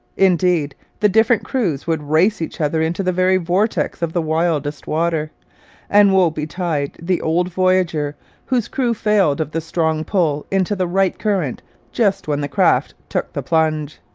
indeed, the different crews would race each other into the very vortex of the wildest water and woe betide the old voyageur whose crew failed of the strong pull into the right current just when the craft took the plunge!